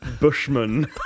Bushman